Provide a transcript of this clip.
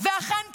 ואכן פגעו.